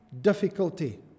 difficulty